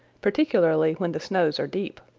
particularly when the snows are deep.